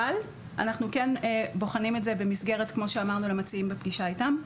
אבל אנחנו כן בוחנים את זה כמו שאמרנו למציעים בפגישה איתם,